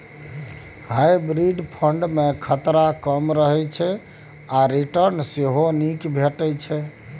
hybrid fund मे खतरा कम रहय छै आ रिटर्न सेहो नीक भेटै छै